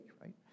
right